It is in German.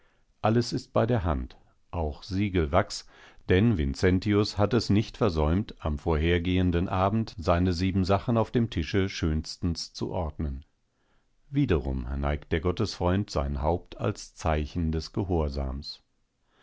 alles ist bei der hand auch siegelwachs denn vincentius hat es nicht versäumt am vorhergehenden abend seine siebensachen auf dem tische schönstens zu ordnen wiederum neigt der gottesfreund sein haupt als zeichen des gehorsams